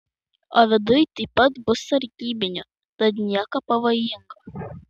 o viduj taip pat bus sargybinių tad nieko pavojingo